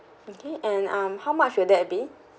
okay and um how much will that be